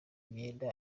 imyenda